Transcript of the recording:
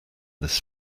this